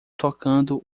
tocando